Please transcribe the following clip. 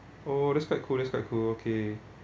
oh that's quite cool that's quite cool okay